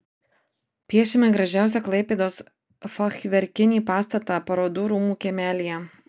piešime gražiausią klaipėdos fachverkinį pastatą parodų rūmų kiemelyje